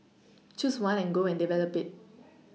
choose one and go and develop it